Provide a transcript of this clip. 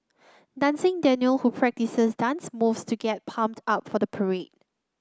dancing Daniel who practices dance moves to get pumped up for the parade